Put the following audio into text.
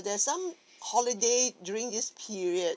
there's some holiday during this period